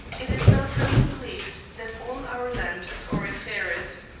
it is now firmly believed that all our land is auriferous,